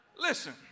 Listen